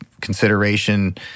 consideration